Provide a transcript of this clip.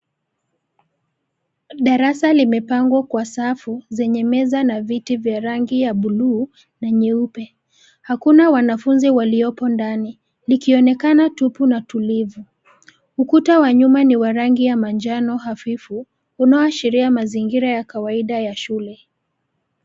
Darasa limepangwa kwa safu zenye meza na viti vya rangi ya buluu na nyeupe. Hakuna wanafunzi waliopo ndani likionekana tupu na tulivu. Ukuta wa nyuma ni wa rangi ya manjano hafifu unaoashiria mazingira ya kawaida ya shule.